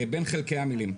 בין חלקי המילים.